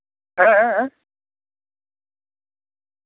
ᱦᱮᱸ ᱦᱮᱸ ᱦᱮᱸ